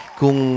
kung